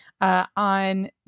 on